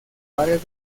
varias